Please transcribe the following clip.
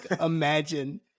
imagine